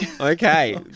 okay